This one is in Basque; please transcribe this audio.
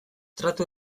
tratu